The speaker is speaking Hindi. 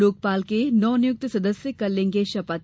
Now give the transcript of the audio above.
लोकपाल के नवनियुक्त सदस्य कल लेंगे शपथ